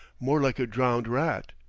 more like a drowned rat.